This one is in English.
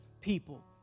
people